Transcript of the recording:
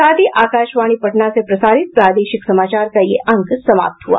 इसके साथ ही आकाशवाणी पटना से प्रसारित प्रादेशिक समाचार का ये अंक समाप्त हुआ